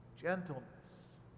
gentleness